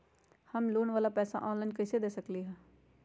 हम लोन वाला पैसा ऑनलाइन कईसे दे सकेलि ह?